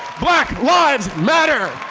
black lives matter.